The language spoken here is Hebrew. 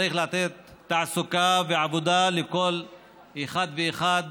צריך לתת תעסוקה ועבודה לכל אחד ואחד